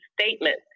statement